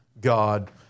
God